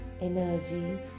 energies